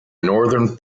northern